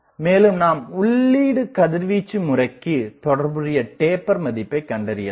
மேலும் நாம் உள்ளீடு கதிர்வீச்சு முறைக்குத் தொடர்புடைய டேப்பர் மதிப்பையும் கண்டறியலாம்